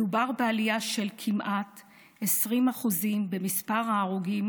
מדובר בעלייה של כמעט 20% במספר ההרוגים